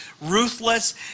ruthless